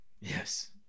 Yes